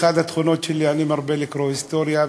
אחת התכונות שלי היא שאני מרבה לקרוא היסטוריה,